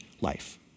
life